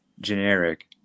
generic